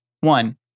one